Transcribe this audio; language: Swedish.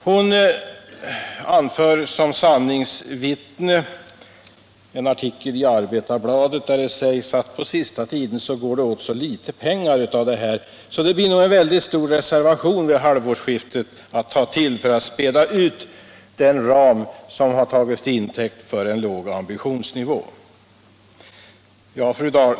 Fru Dahl anför som sanningsvittne en artikel i Arbetarbladet, där det sägs att på sista tiden går det åt så litet pengar att det nog blir ett väldigt stort reservationsanslag vid halvårsskiftet att ta till för att späda ut den ram som har tagits till intäkt för en låg ambitionsnivå.